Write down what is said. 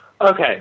Okay